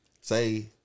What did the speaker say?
say